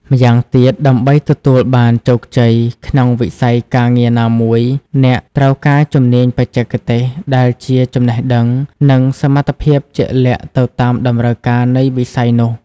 ម៉្យាងទៀតដើម្បីទទួលបានជោគជ័យក្នុងវិស័យការងារណាមួយ អ្នកត្រូវការ ជំនាញបច្ចេកទេស ដែលជា ចំណេះដឹង និងសមត្ថភាពជាក់លាក់ទៅតាមតម្រូវការនៃវិស័យនោះ។